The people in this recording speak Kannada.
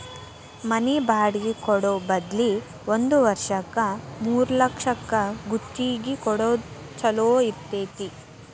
ಮನಿ ಬಾಡ್ಗಿ ಕೊಡೊ ಬದ್ಲಿ ಒಂದ್ ವರ್ಷಕ್ಕ ಮೂರ್ಲಕ್ಷಕ್ಕ ಗುತ್ತಿಗಿ ಕೊಡೊದ್ ಛೊಲೊ ಇರ್ತೆತಿ